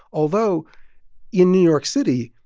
although in new york city,